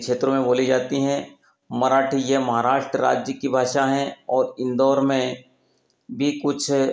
क्षेत्रों में बोली जाती हैं मराठी यह महाराष्ट्र राज्य की भाषा हैं और इंदौर में भी कुछ